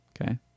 Okay